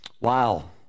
Wow